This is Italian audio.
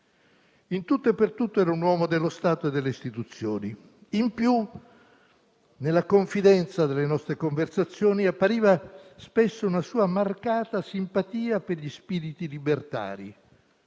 In tutto e per tutto era un uomo dello Stato e delle istituzioni. Inoltre, nella confidenza delle nostre conversazioni, appariva spesso una sua marcata simpatia per gli spiriti libertari.